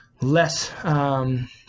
less